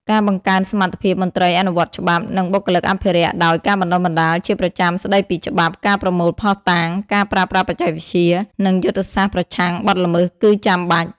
ការបង្កើនសមត្ថភាពមន្ត្រីអនុវត្តច្បាប់ និងបុគ្គលិកអភិរក្សដោយ ការបណ្តុះបណ្តាលជាប្រចាំស្តីពីច្បាប់ ការប្រមូលភស្តុតាង ការប្រើប្រាស់បច្ចេកវិទ្យា និងយុទ្ធសាស្ត្រប្រឆាំងបទល្មើស គឺចាំបាច់។